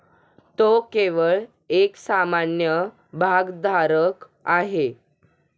तो केवळ एक सामान्य भागधारक आहे